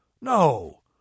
No